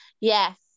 yes